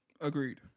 Agreed